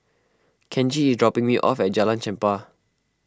Kenji is dropping me off at Jalan Chempah